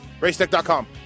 Racetech.com